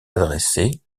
adressée